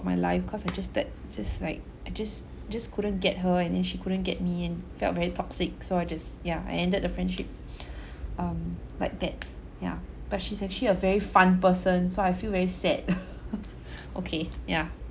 of my life because I just that just like I just just couldn't get her and then she couldn't get me and felt very toxic so I just yeah I ended the friendship um like that yeah but she's actually a very fun person so I feel very sad okay ya